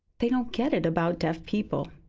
they don't get it about deaf people,